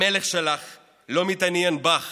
המלך שלך לא מתעניין בך